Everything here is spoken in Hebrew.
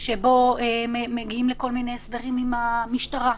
שבו מגיעים לכל מיני הסדרים עם המשטרה.